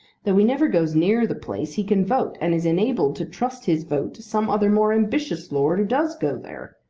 though he never goes near the place, he can vote, and is enabled to trust his vote to some other more ambitious lord who does go there.